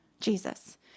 Jesus